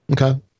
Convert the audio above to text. okay